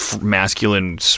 masculine